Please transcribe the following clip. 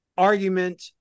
argument